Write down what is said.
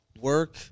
Work